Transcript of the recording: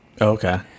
okay